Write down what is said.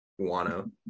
Wano